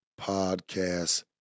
podcast